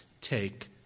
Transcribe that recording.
Take